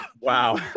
Wow